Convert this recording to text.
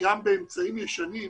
גם באמצעים ישנים,